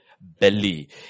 belly